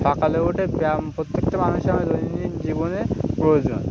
সকালে উঠে ব্যায়াম প্রত্যেকটা মানুষের আমাদের দৈনন্দিন জীবনে প্রয়োজন